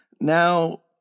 Now